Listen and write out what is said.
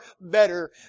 better